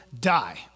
die